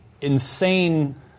insane